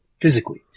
physically